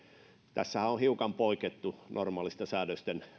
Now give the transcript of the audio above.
tässähän on hiukan poikettu normaalista säädösten